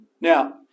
Now